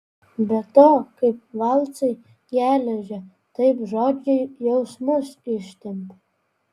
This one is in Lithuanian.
be to kaip valcai geležį taip žodžiai jausmus ištempia